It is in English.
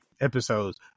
episodes